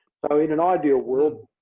so, in an ideal world,